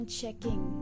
checking